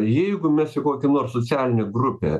jeigu mes į kokią nors socialinę grupę